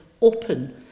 open